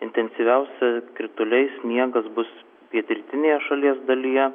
intensyviausi krituliai sniegas bus pietrytinėje šalies dalyje